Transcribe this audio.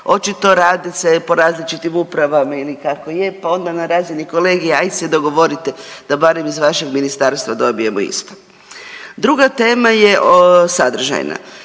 očito radi se po različitim upravama ili kako je pa onda na razini kolegija ajd se dogovorite da barem iz vašeg ministarstva dobijemo isto. Druga tema je sadržajna.